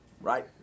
Right